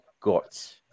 got